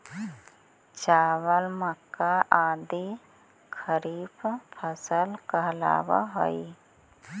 चावल, मक्का आदि खरीफ फसल कहलावऽ हइ